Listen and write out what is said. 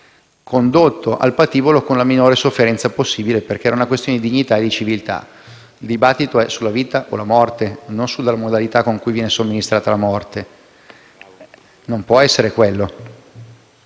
condotto al patibolo con la minore sofferenza possibile. Era una questione di dignità e di civiltà. Il dibattito è sulla vita o la morte e non sulla modalità con cui viene somministrata la morte; non può essere quello,